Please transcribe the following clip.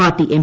party M